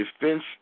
defense